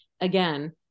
Again